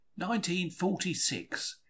1946